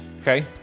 Okay